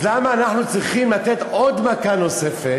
אז למה אנחנו צריכים לתת מכה נוספת,